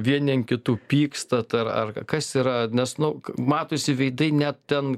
vieni ant kitų pykstat ar ar kas yra nes nu matosi veidai ne ten